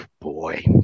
boy